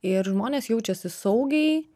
ir žmonės jaučiasi saugiai